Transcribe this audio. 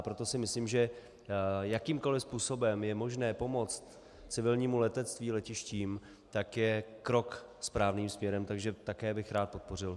Proto si myslím, že jakýmkoli způsobem je možné pomoct civilnímu letectví, letištím, tak je krok správným směrem, takže také bych rád podpořil.